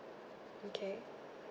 okay